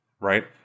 Right